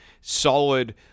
solid